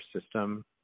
system